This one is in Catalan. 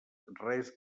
res